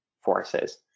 forces